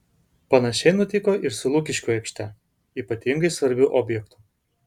panašiai nutiko ir su lukiškių aikšte ypatingai svarbiu objektu